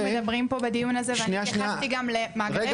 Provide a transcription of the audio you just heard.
אנחנו מדברים פה בדיון הזה ואני התייחסתי גם למאגרי